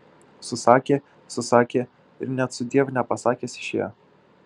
susakė susakė ir net sudiev nepasakęs išėjo